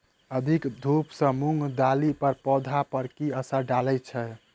अधिक धूप सँ मूंग दालि केँ पौधा पर की असर डालय छै?